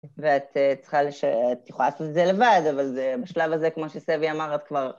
ואת צריכה לש... את יכולה לעשות את זה לבד, אבל זה, בשלב הזה, כמו שסבי אמר, את כבר...